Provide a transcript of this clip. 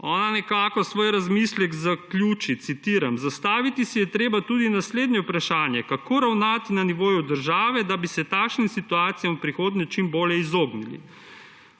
Ona nekako svoj razmislek zaključi, citiram: »Zastaviti si je treba tudi naslednje vprašanje: kako ravnati na nivoju države, da bi se takšnim situacijam v prihodnje čim bolje izognili?